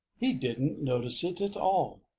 he didn't notice it at all.